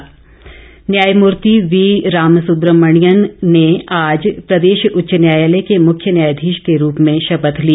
शपथ न्यायमूर्ति वी रामसुब्रमणियन ने आज प्रदेश उच्च न्यायालय के मुख्य न्यायधीश के रूप में शपथ ली